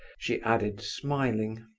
she added, smiling.